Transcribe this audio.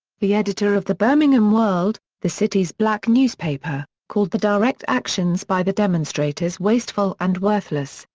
the editor of the birmingham world, the city's black newspaper, called the direct actions by the demonstrators wasteful and worthless,